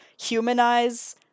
humanize